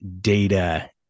data